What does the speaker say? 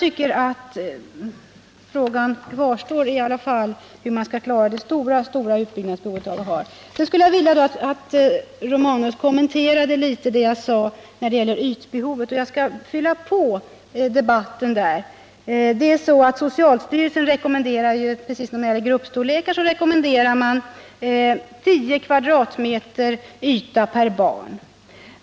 Dessutom kvarstår alltså frågan hur man skall klara det stora resterande utbyggnadsbehovet. Jag skulle också vilja att Gabriel Romanus något kommenterade det som jag sade om ytbehovet. Jag skall fylla på debatten på den punkten med ytterligare några uppgifter. Socialstyrelsen ger på samma sätt som när det gäller gruppstorlekar rekommendationer, innebärande 10 m? yta per barn.